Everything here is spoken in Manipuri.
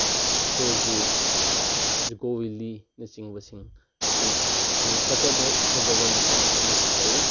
ꯎꯈ꯭ꯔꯨꯜꯒꯤ ꯖꯨꯀꯣ ꯕꯦꯜꯂꯤꯅꯆꯤꯡꯕꯁꯤꯡ ꯑꯁꯤ ꯌꯥꯝꯅ ꯐꯖꯕ ꯐꯖꯕ ꯃꯐꯝ ꯑꯁꯤ ꯂꯩ